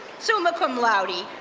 summa cum laude,